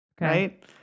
Right